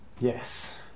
Yes